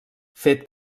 fet